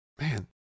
Man